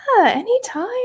Anytime